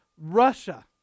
Russia